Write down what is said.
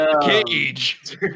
Cage